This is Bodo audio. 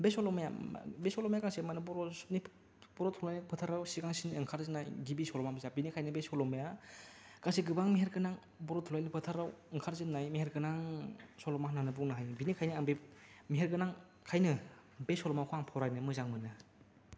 बे सल'माया बे सल'माया गासैबो माने बर'नि बर' थुनलाइनि फोथाराव सिगांसिन ओंखारनाय गिबि सल'मा बिजाब बेनिखायनो बे सल'माया गासै गोबां मेहेरगोनां बर' थुनलायनि फोथाराव ओंखारजेननाय मेहेरगोनां सल'मा होननानै बुंनो हायो बेनिखायनो आं बे मेहेर गोनांखायनो बे सल'माखौ आं फरायनो मोजां मोनो